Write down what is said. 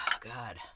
God